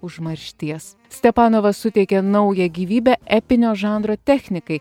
užmaršties stepanova suteikė naują gyvybę epinio žanro technikai